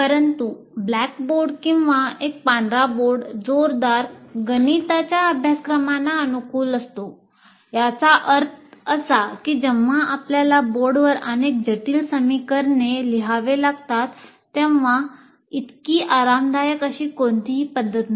परंतु black board किंवा एक पांढरा बोर्ड जोरदार गणिताच्या अभ्यासक्रमांना अनुकूल करतो याचा अर्थ असा की जेव्हा आपल्याला बोर्डवर अनेक जटिल समीकरणे लिहाव्या लागतात तेव्हा इतकी आरामदायक अशी कोणतीही पद्धत नाही